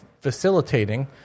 facilitating